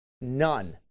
None